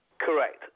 Correct